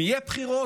אם יהיו בחירות,